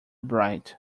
bright